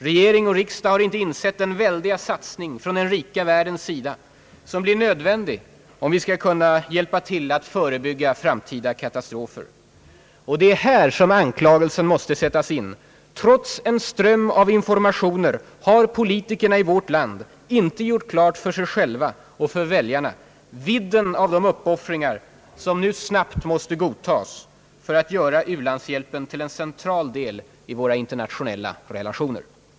Regering och riksdag har inte insett den väldiga satsning från den rika världens sida som blir nödvändig om vi skall kunna hjälpa till att förebygga framtida katastrofer. Det är här anklagelsen bör sättas in: Trots en ström av informationer har politikerna i vårt land inte gjort klart för sig själva och för väljarna vidden av de uppoffringar som nu snabbt måste godtas för att göra u-hjälpen till en central del i våra internationella relationer.